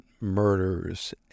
murders